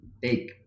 big